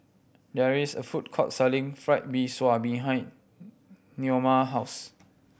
there is a food court selling Fried Mee Sua behind Naoma house